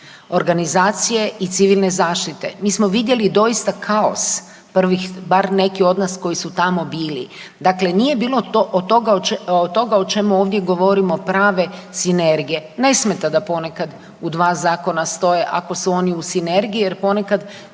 organizacije i civilne zaštite. Mi smo vidjeli doista kaos prvih, bar neki od nas koji su tamo bili. Dakle nije bilo od toga o čemu ovdje govorimo prave sinergije. Ne smeta da ponekad u dva zakona stoje ako su oni u sinergiji jer ponekad